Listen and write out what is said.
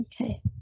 Okay